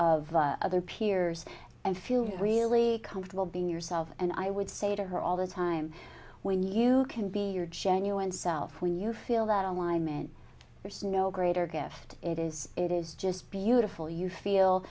of other peers and feel really comfortable being yourself and i would say to her all the time when you can be your genuine self when you feel that online men are so no greater gift it is it is just beautiful you feel